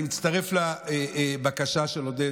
אני מצטרף לבקשה של עודד.